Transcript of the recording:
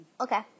Okay